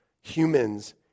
humans